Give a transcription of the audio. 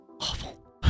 awful